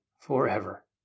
forever